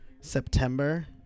September